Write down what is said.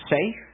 safe